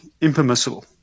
impermissible